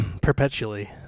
Perpetually